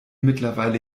mittlerweile